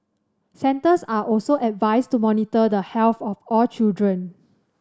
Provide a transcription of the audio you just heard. centres are also advised to monitor the health of all children